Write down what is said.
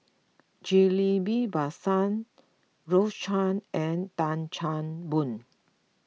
Ghillie Basan Rose Chan and Tan Chan Boon